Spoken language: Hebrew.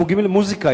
חוגים למוזיקה,